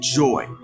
joy